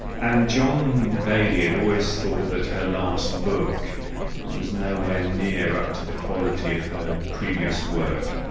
and john bayley had always thought that her last book was nowhere near up to the quality of her previous work,